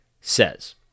says